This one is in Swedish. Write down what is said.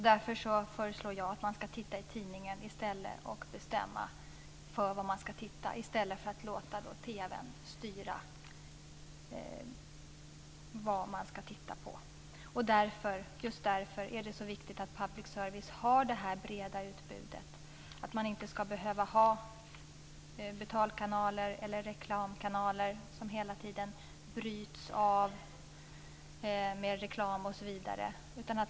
Därför föreslår jag att man ska titta i tidningen och bestämma sig för vad man ska se på i stället för att låta TV:n styra. Just därför är det så viktigt att public service har det här breda utbudet så att man inte ska behöva ha betalkanaler eller reklamkanaler där det hela tiden bryts av med reklam.